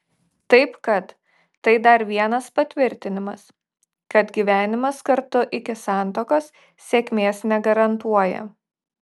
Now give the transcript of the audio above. taip kad tai dar vienas patvirtinimas kad gyvenimas kartu iki santuokos sėkmės negarantuoja